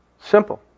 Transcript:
Simple